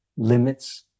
Limits